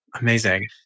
Amazing